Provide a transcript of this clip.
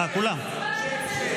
כל האירוע הזה הוא בושה.